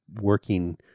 working